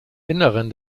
inneren